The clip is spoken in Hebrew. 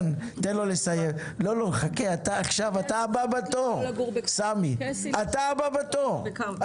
אתה הבא בתור, חכה.